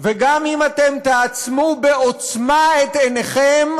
וגם אם אתם תעצמו בעוצמה את עיניכם,